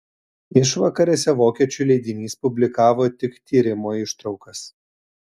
išvakarėse vokiečių leidinys publikavo tik tyrimo ištraukas